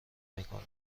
میکنه